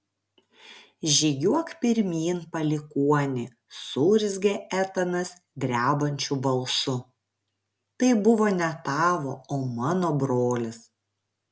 žygiuok pirmyn palikuoni suurzgė etanas drebančiu balsu tai buvo ne tavo o mano brolis